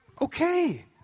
okay